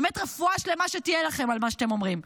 באמת רפואה שלמה שתהיה לכם על מה שאתם אומרים.